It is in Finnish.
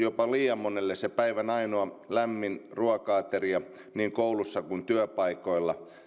jopa liian monelle se päivän ainoa lämmin ruoka ateria niin koulussa kuin työpaikoilla